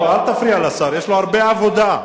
לא, אל תפריע לשר, יש לו הרבה עבודה.